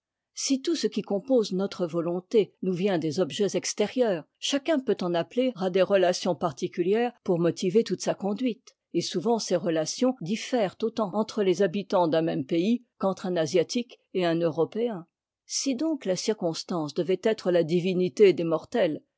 si tout'ce qui compose notre vo onté nous vient des objets s extérieurs chacun peut en appeler à des relations particulières pour motiver toute sa conduite et souvent ces retations diffèrent autant entre les habitants d'un même pays qu'entre un asiatique et un européen si donc la circonstance devait être ta divinité des mortels